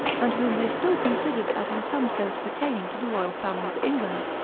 and whom they still considered as in some sense pertaining to the royal family of england,